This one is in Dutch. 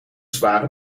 zware